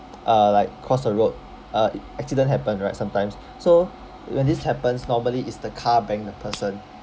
uh like caused a road uh accident happen right sometimes so when this happpens normally is the car bang the person